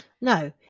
No